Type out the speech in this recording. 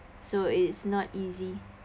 so it's not easy